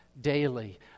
daily